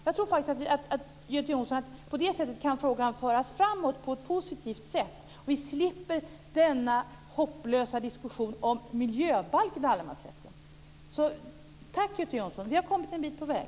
Jag tror faktiskt, Göte Jonsson, att frågan på det sättet kan föras framåt på ett positivt sätt och att vi slipper denna hopplösa diskussion om miljöbalken och allemansrätten. Tack, Göte Jonsson! Vi har kommit en bit på väg.